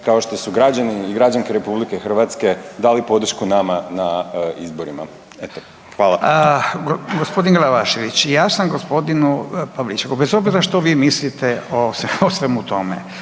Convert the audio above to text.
kao što su građani i građanke Republike Hrvatske dali podršku nama na izborima. Eto hvala. **Radin, Furio (Nezavisni)** Gospodin Glavašević ja sam gospodinu Pavličeku bez obzira što vi mislite o svemu tome